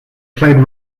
played